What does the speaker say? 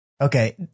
Okay